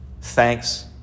Thanks